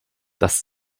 das